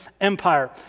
empire